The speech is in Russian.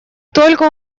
только